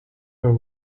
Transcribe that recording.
her